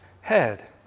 head